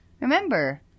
Remember